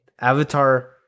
Avatar